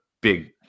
big